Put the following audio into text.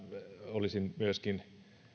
olisin myöskin